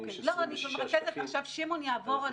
יש 26 שקפים.